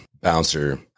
bouncer